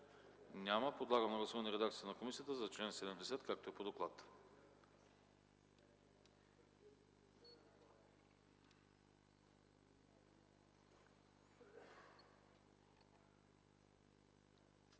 Няма. Подлагам на гласуване редакцията на комисията за чл. 88, както е по доклада.